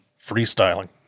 freestyling